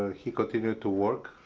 he continued to work?